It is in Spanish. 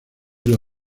hilo